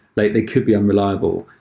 like they could be unreliable.